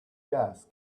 gas